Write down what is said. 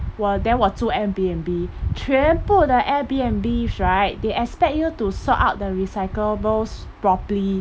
while there 我住 Airbnb 全部的 Airbnbs right they expect you to sort out the recyclables properly